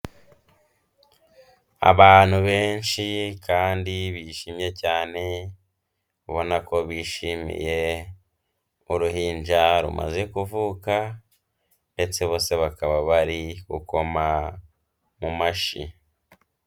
Abantu benshi kandi bishimye cyane, ubona ko bishimiye uruhinja rumaze kuvuka, ndetse bose bakaba bari gukoma mu mashi.